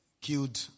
killed